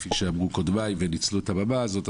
כפי שאמרו קודמיי שניצלו את הבמה הזאת,